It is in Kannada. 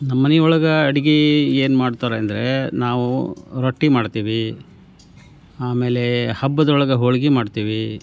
ನಮ್ಮ ಮನೆ ಒಳಗೆ ಅಡ್ಗೆ ಏನು ಮಾಡ್ತಾರೆ ಅಂದ್ರೆ ನಾವು ರೊಟ್ಟಿ ಮಾಡ್ತೀವಿ ಆಮೇಲೆ ಹಬ್ಬದೊಳಗೆ ಹೋಳ್ಗೆ ಮಾಡ್ತೀವಿ